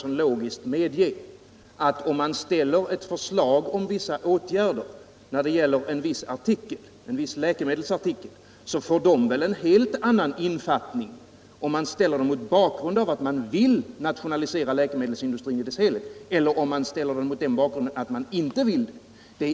För det andra måste väl ändå fru Hansson medge att ett förslag om vissa åtgärder när det gäller en viss läkemedelsartikel får en helt annan infattning om man ställer det mot bakgrund av att man vill nationalisera läkemedelsindustrin i dess helhet än det får om man ställer det mot bakgrund av att man inte vill nationalisera läkemedelsindustrin.